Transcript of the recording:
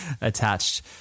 attached